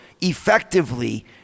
effectively